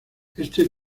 este